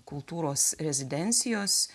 kultūros rezidencijos